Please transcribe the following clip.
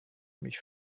mich